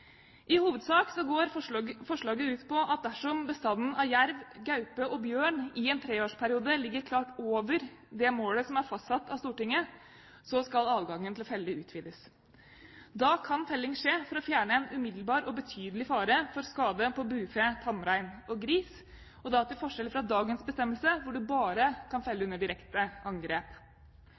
I hovedsak går forslaget ut på at dersom bestanden av jerv, gaupe og bjørn i en treårsperiode ligger klart over det målet som er fastsatt av Stortinget, skal adgangen til å felle utvides. Da kan felling skje for å fjerne en umiddelbar og betydelig fare for skade på bufe, tamrein og gris – til forskjell fra dagens bestemmelse om at det bare kan felles under direkte angrep.